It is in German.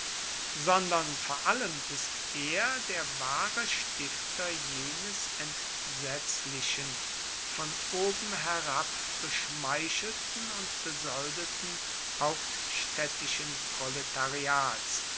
sondern vor allem ist er der wahre stifter jenes entsetzlichen von oben herab beschmeichelten und besoldeten hauptstädtischen proletariats